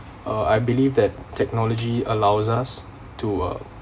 uh I believe that technology allows us to uh